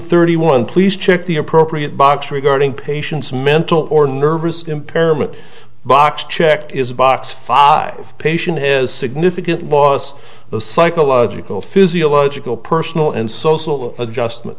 thirty one please check the appropriate box regarding patient's mental or nervous impairment box checked is a box five patient is significant was the psychological physiological personal and social adjustment